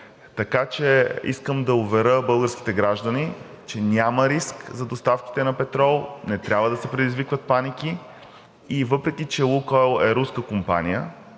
така че искам да уверя българските граждани, че няма риск за доставките на петрол и не трябва да се предизвикват паники. Въпреки че „Лукойл“ е руска компания,